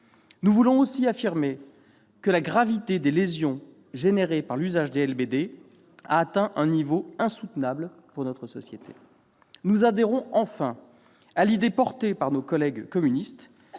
Nous voulons aussi affirmer que la gravité des lésions suscitées par l'usage des LBD a atteint un niveau insoutenable pour notre société. Enfin, nous adhérons à l'idée défendue par nos collègues communistes